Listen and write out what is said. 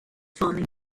farming